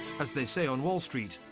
as they say on wall street,